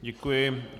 Děkuji.